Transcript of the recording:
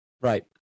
Right